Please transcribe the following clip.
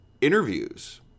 interviews